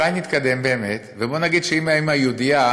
אולי נתקדם באמת ובוא נגיד שאם האימא יהודייה,